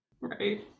Right